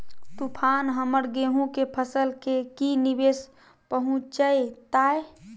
तूफान हमर गेंहू के फसल के की निवेस पहुचैताय?